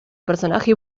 personaje